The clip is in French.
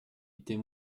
était